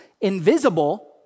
invisible